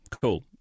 cool